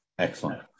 Excellent